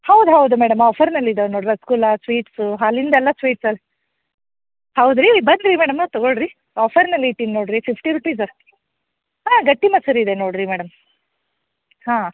ಹೌದು ಹೌದು ಮೇಡಮ್ ಆಫರ್ನಲ್ಲಿ ಇದವೆ ನೋಡಿ ರಸಗುಲ್ಲ ಸ್ವೀಟ್ಸು ಹಾಲಿಂದೆಲ್ಲ ಸ್ವೀಟ್ಸ್ ಹೌದು ರೀ ಬನ್ನಿ ರೀ ಮೇಡಮ ತಗೊಳ್ಳಿರಿ ಆಫರ್ನಲ್ಲಿ ಇಟ್ಟೀನಿ ನೋಡಿರಿ ಫಿಫ್ಟಿ ರುಪೀಸ್ ಅಷ್ಟೇ ಹಾಂ ಗಟ್ಟಿ ಮೊಸ್ರು ಇದೆ ನೋಡಿರಿ ಮೇಡಮ್ ಹಾಂ